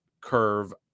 curve